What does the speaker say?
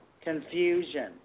confusion